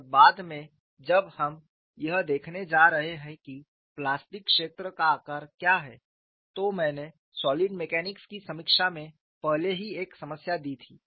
और बाद में जब हम यह देखने जा रहे हैं कि प्लास्टिक क्षेत्र का आकार क्या है तो मैंने सॉलिड मैकेनिक्स की समीक्षा में पहले ही एक समस्या दी थी